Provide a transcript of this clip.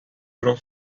selon